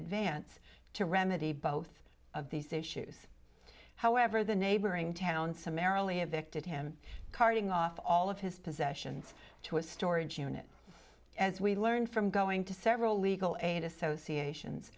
advance to remedy both of these issues however the neighboring town summarily addicted him carting off all of his possessions to a storage unit as we learned from going to several legal aid associations